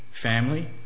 family